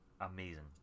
amazing